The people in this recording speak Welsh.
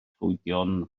llwydion